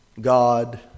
God